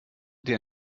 der